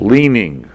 Leaning